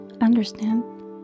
understand